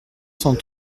cent